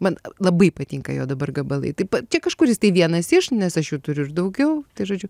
man labai patinka jo dabar gabalai taip pa čia kažkuris tai vienas iš nes aš jų turiu ir daugiau tai žodžiu